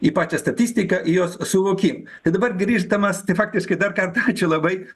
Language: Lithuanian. į pačią statistiką į jos suvokimą tai dabar grįžtamas tai faktiškai dar kartą ačiū labai